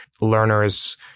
learners